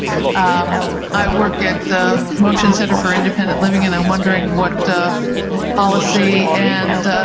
um i work at the motion center for independent living and i'm wondering what policy and